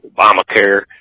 Obamacare